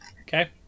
Okay